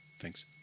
Thanks